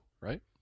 right